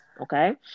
Okay